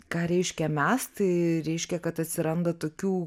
ką reiškia mes tai reiškia kad atsiranda tokių